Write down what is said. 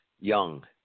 young